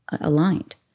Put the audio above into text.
aligned